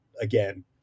again